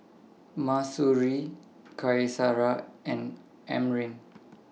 Mahsuri Qaisara and Amrin